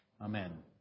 Amen